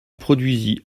produisit